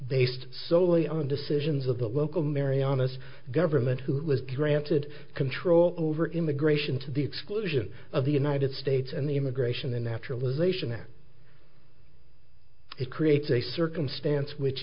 based solely on decisions of the local marianas government who was granted control over immigration to the exclusion of the united states and the immigration and naturalization their it creates a circumstance which